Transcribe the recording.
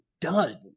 done